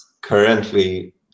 currently